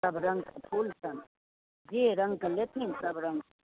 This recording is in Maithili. सब रङ्गके फूल छनि जे रङ्गके लेथिन सब रङ्गके